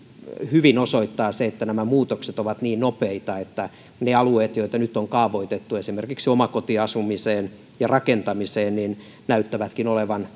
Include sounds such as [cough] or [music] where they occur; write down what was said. se että nämä muutokset ovat niin nopeita osoittaa hyvin sen että ne alueet joita nyt on kaavoitettu esimerkiksi omakotiasumiseen ja rakentamiseen näyttävätkin olevan [unintelligible]